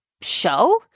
show